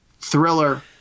Thriller